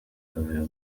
akavuyo